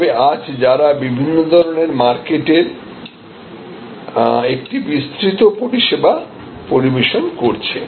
তবে আজ তারা বিভিন্ন ধরণের মার্কেটের একটি বিস্তৃত পরিসেবা পরিবেশন করছে